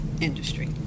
industry